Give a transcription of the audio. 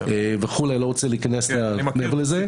אני לא רוצה להיכנס מעבר לזה.